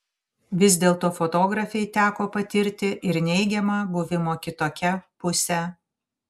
vis dėlto fotografei teko patirti ir neigiamą buvimo kitokia pusę